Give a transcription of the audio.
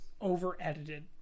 over-edited